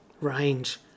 Range